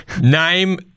Name